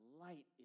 light